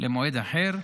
למועד אחר,